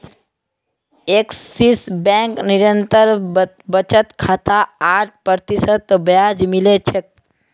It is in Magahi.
एक्सिस बैंक निरंतर बचत खातात आठ प्रतिशत ब्याज मिल छेक